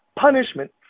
punishment